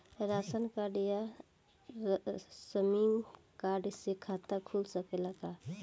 Ration card या श्रमिक card से खाता खुल सकेला का?